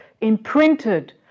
imprinted